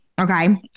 Okay